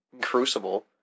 Crucible